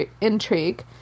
intrigue